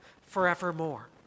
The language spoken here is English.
forevermore